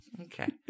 okay